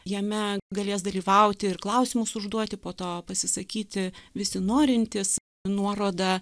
jame galės dalyvauti ir klausimus užduoti po to pasisakyti visi norintys nuorodą